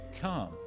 come